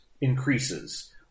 increases